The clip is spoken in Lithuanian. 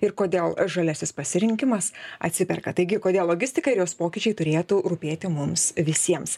ir kodėl žaliasis pasirinkimas atsiperka taigi kodėl logistika ir jos pokyčiai turėtų rūpėti mums visiems